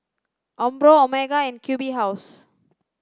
Umbro Omega and Q B House